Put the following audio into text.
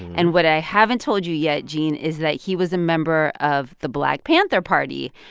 and what i haven't told you yet, gene, is that he was a member of the black panther party,